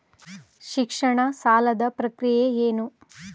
ಶಿಕ್ಷಣ ಸಾಲದ ಪ್ರಕ್ರಿಯೆ ಏನು?